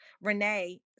Renee